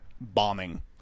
bombing